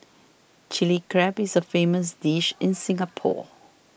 Chilli Crab is a famous dish in Singapore